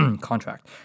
contract